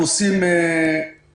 אנחנו עושים פעילות